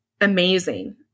amazing